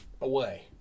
away